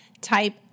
Type